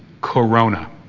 corona